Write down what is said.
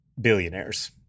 billionaires